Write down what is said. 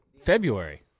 February